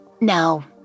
Now